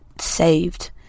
saved